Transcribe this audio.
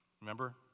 Remember